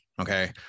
okay